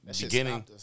beginning